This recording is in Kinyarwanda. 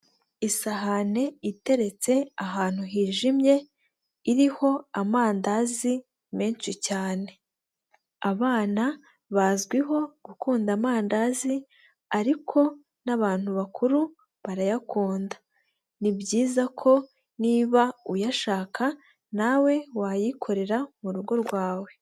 Isahane iteretse ahantu hijimye iriho amandazi menshi cyane; abana bazwiho gukunda amandazi ariko n'abantu bakuru barayakunda; ni byiza ko niba uyashaka nawe wayikorera mu rugo rwawe.